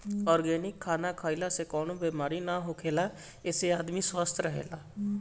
organic खाना खइला से कवनो बेमारी ना होखेला एसे आदमी स्वस्थ्य रहेला